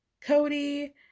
Cody